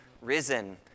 risen